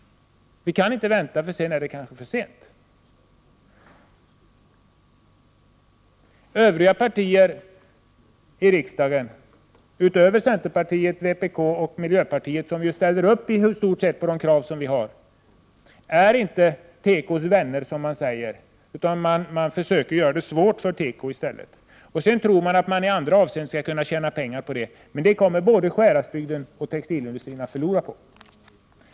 Vi kan inte vänta, för då är det kanske för sent. Övriga partier i riksdagen, utöver centerpartiet, vpk och miljöpartiet som juistort sett står bakom våra krav, är inte tekovänner, som de säger, utan de försöker göra det svårt för tekoindustrin. Sedan tror man att det går att tjäna pengar i andra avseenden. Men det kommer både Sjuhäradsbygden och textilindustrin att förlora på.